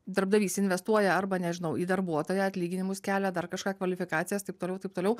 darbdavys investuoja arba nežinau į darbuotoją atlyginimus kelia dar kažką kvalifikacijas taip toliau taip toliau